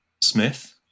Smith